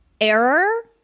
error